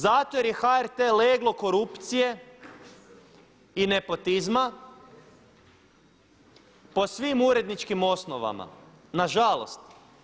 Zato jer je HRT leglo korupcije i nepotizma po svim uredničkim osnovama, nažalost.